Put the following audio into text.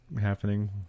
happening